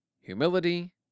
Humility